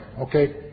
Okay